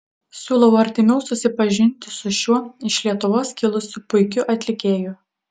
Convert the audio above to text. siūlau artimiau susipažinti su šiuo iš lietuvos kilusiu puikiu atlikėju